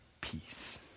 peace